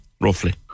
roughly